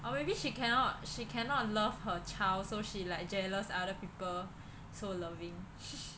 or maybe she cannot she cannot love her child so she like jealous other people so loving